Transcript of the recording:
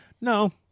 No